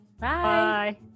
Bye